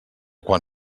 quan